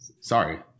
Sorry